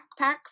backpack